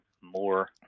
more